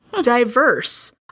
diverse